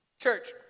Church